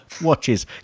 watches